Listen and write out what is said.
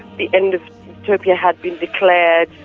the end of utopia had been declared,